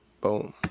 boom